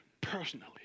personally